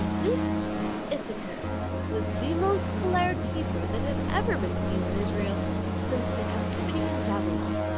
this issachar was the most choleric hebrew that had ever been seen in israel since the captivity in babylon.